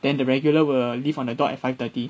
then the regular will leave on the dot at five thirty